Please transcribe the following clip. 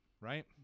Right